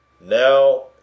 Now